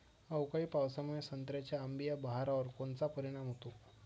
अवकाळी पावसामुळे संत्र्याच्या अंबीया बहारावर कोनचा परिणाम होतो?